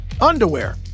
Underwear